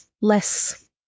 less